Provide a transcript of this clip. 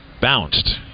bounced